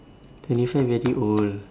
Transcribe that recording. twenty five very old